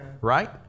right